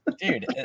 dude